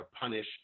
punish